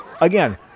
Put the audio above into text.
again